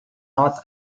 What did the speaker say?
north